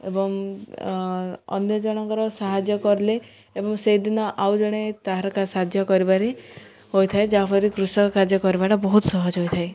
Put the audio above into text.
ଏବଂ ଅନ୍ୟ ଜଣଙ୍କର ସାହାଯ୍ୟ କଲେ ଏବଂ ସେହିଦିନ ଆଉ ଜଣେ ତାହାର ସାହାଯ୍ୟ କରିବାରେ ହୋଇଥାଏ ଯାହାଫଳରେ କୃଷକ କାର୍ଯ୍ୟ କରିବାଟା ବହୁତ ସହଜ ହୋଇଥାଏ